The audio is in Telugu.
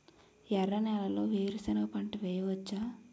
ఎర్ర నేలలో వేరుసెనగ పంట వెయ్యవచ్చా?